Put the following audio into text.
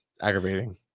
aggravating